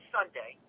Sunday